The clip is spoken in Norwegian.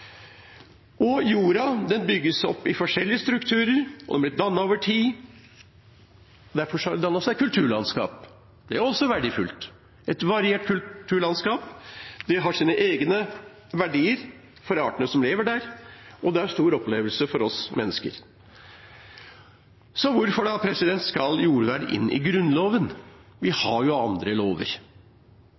bygges opp i forskjellige strukturer, og den blir dannet over tid. Derfor har det dannet seg kulturlandskap. Det er også verdifullt. Et variert kulturlandskap har sine egne verdier for artene som lever der, og det gir oss mennesker en stor opplevelse. Hvorfor skal da jordvern inn i Grunnloven? Vi har jo andre lover.